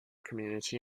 community